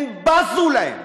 הם בזו להם.